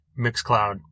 Mixcloud